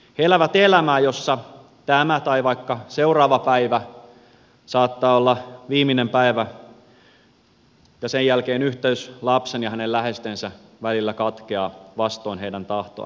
he elävät elämää jossa tämä tai vaikka seuraava päivä saattaa olla viimeinen päivä yhdessä ja sen jälkeen yhteys lapsen ja hänen läheistensä välillä katkeaa vastoin heidän tahtoaan